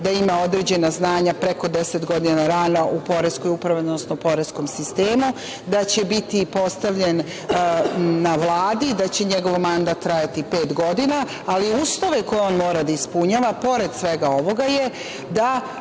da ima određena znanja preko, 10 godina rada u Poreskoj upravi, odnosno poreskom sistemu, da će biti postavljen na Vladi i da će njegov mandat trajati pet godina, ali uslove koje on mora da ispunjava, pored svega ovoga, je da